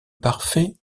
parfait